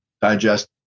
digest